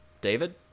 David